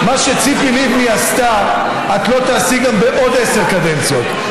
מה שציפי לבני עשתה את לא תעשי גם בעוד עשר קדנציות,